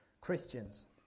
Christians